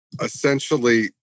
Essentially